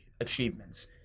achievements